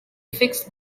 fixed